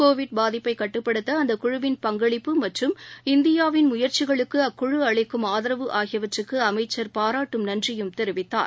Covid பாதிப்பைக் கட்டுப்படுத்தஅந்தக் குழுவிள் பங்களிப்பு மற்றும் இந்தியாவின் முயற்சிகளுக்குஅக்குழுஅளிக்கும் ஆதரவு ஆகியவற்றுக்குஅமைச்சர் பாராட்டும் நன்றியும் தெரிவித்தார்